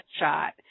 shot